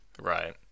Right